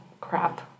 crap